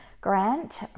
grant